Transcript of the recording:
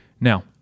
Now